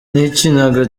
n’ikiniga